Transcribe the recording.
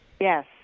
Yes